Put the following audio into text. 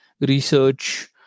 research